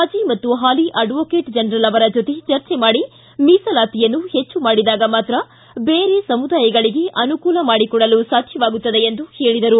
ಮಾಜಿ ಮತ್ತು ಪಾಲಿ ಅಡ್ನೋಕೇಟ್ ಜನರಲ್ ಅವರ ಜೊತೆ ಚರ್ಚೆ ಮಾಡಿ ಮೀಸಲಾತಿಯನ್ನು ಹೆಚ್ಚು ಮಾಡಿದಾಗ ಮಾತ್ರ ಬೇರೆ ಸಮುದಾಯಗಳಿಗೆ ಅನುಕೂಲ ಮಾಡಿಕೊಡಲು ಸಾಧ್ಯವಾಗುತ್ತದೆ ಎಂದು ಹೇಳಿದರು